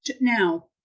now –